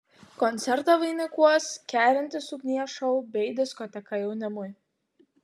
koncertą vainikuos kerintis ugnies šou bei diskoteka jaunimui